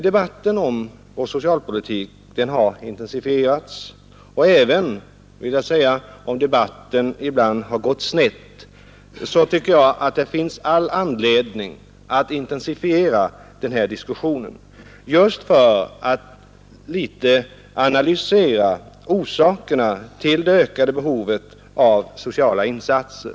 Debatten om vår socialpolitik har intensifierats, och även om debatten ibland har gått snett tycker jag att det tinns all anledning att intensifiera den just för att något analysera orsakerna till det ökade behovet av sociala insatser.